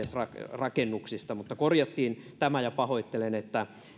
rakennuksista mutta nyt korjattiin tämä ja pahoittelen että